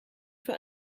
für